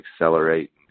accelerate